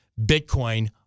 Bitcoin